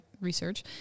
research